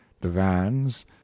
divans